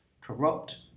corrupt